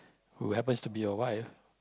who happens to be your wife